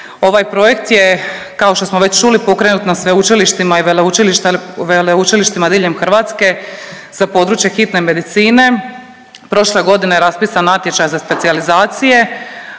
Ovaj projekt kao što smo već čuli pokrenut na sveučilištima i veleučilištima diljem Hrvatske za područje hitne medicine. Prošle godine je raspisan natječaj za specijalizacije,